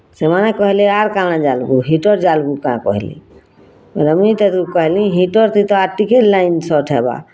ସେମାନେ କହେଲେ ଆର୍ କାଣା ଜାଲ୍ବୁ ହିଟର୍ ଜାଲ୍ବୁ କେଁ କହେଲେ ବେଲେ ମୁଇଁ ତାହାକୁ କହେଲି ହିଟର୍ଥି ତ ଆର୍ ଟିକେ ଲଇନ୍ ସଟ୍ ହେବା